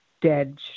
dead